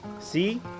See